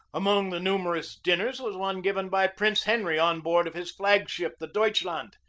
among the numerous dinners was one given by prince henry on board of his flag-ship, the deutschland,